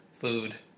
food